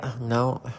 no